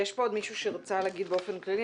יש פה עוד מישהו שרצה להגיד באופן כללי?